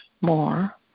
more